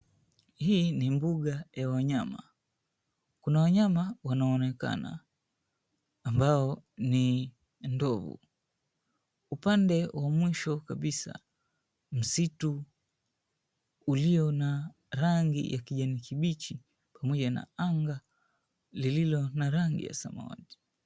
Hii ni mbuga ya wanyama, kuna wanyama wanaonekana ambao ni ndovu. Upande wa mwisho kabisa, msitu ulio na rangi ya kijani kibichi pamoja na anga lililo na rangi ya samawati.